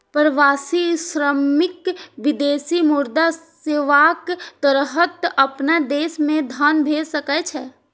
प्रवासी श्रमिक विदेशी मुद्रा सेवाक तहत अपना देश मे धन भेज सकै छै